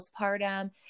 postpartum